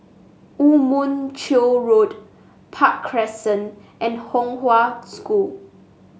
Woo Mon Chew Road Park Crescent and Kong Hwa School